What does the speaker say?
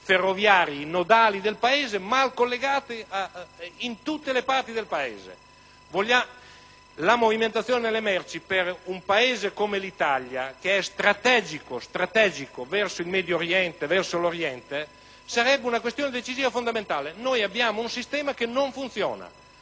ferroviari nodali del Paese sono mal collegati dappertutto. La movimentazione delle merci per un Paese come l'Italia, che è strategico verso il Medio Oriente o verso l'Oriente, sarebbe una questione decisiva e fondamentale. Noi abbiamo un sistema che non funziona.